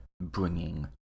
bringing